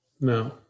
No